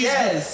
Yes